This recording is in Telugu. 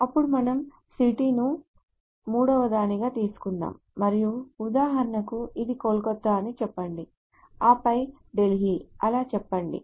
అప్పుడు మనం city ను మూడవదానిగా తీసుకుందాం మరియు ఉదాహరణకు ఇది కోల్కతా అని చెప్పండి ఆపై ఢిల్లీ అలా చెప్పండి